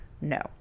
no